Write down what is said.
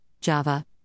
Java